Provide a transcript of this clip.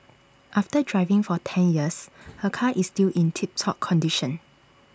after driving for ten years her car is still in tip top condition